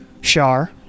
Shar